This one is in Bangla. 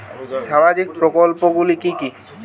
সামাজিক প্রকল্পগুলি কি কি?